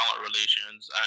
relations